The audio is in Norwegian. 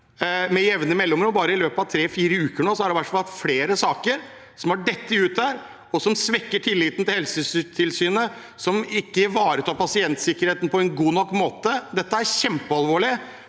med jevne mellomrom. Bare i løpet av tre–fire uker er det i hvert fall flere saker som har dettet ut her, og som svekker tilliten til Helsetilsynet, som ikke ivaretar pasientsikkerheten på en god nok måte. Dette er kjempealvorlig,